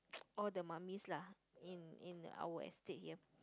all the mummies lah in in our estate here